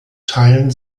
teilen